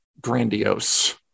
grandiose